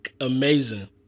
Amazing